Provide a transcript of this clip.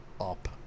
up